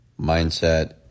mindset